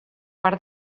part